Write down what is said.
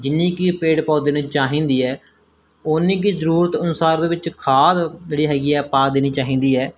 ਜਿੰਨੀ ਕਿ ਪੇੜ ਪੌਦੇ ਨੂੰ ਚਾਹੀਦੀ ਹੈ ਓਨੀ ਕੁ ਜ਼ਰੂਰਤ ਅਨੁਸਾਰ ਉਹਦੇ ਵਿੱਚ ਖਾਦ ਜਿਹੜੀ ਹੈਗੀ ਆ ਪਾ ਦੇਣੀ ਚਾਹੀਦੀ ਹੈ